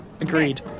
agreed